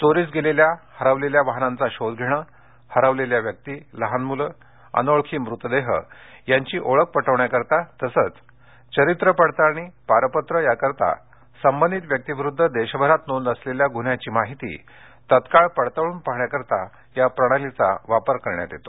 चोरीस गेलेल्या हरविलेल्या वाहनांचा शोध घेणे हरवलेल्या व्यक्ती लहान मुले अनोळखी मृतदेह यांची ओळख पटविण्याकरीता तसच चरित्र पडताळणी पारपत्र याकरीता संबंधित व्यक्तीविरुद्ध देशभरात नोंद असलेल्या गुन्हयाची माहिती तात्काळ पडताळून पाहण्यासाठी या प्रणालीचा वापर करता येतो